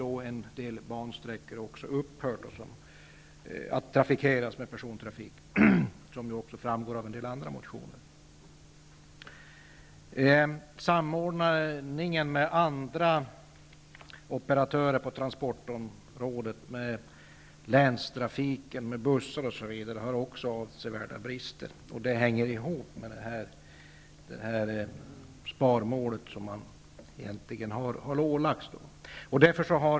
Dessutom har några bansträckor upphört att trafikeras med persontrafik, vilket också framgår av en del andra motioner. har också sina brister. Det hänger ihop med det sparmål som SJ har ålagts.